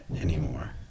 anymore